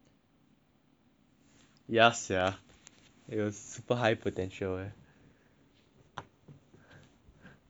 ya sia it was super high potential eh